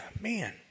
man